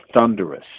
thunderous